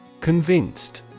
Convinced